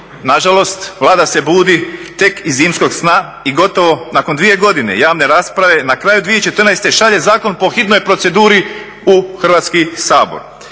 Nažalost, Vlada se budi tek iz zimskog sna i gotovo nakon dvije godine javne rasprave ne kraju 2014. šalje zakon po hitnoj proceduru i Hrvatski sabor.